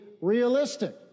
realistic